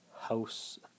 house